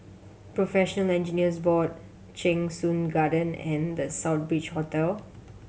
Professional Engineers Board Cheng Soon Garden and The Southbridge Hotel